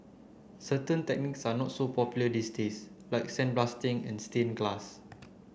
certain techniques are not so popular these days like sandblasting and stain glass